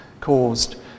caused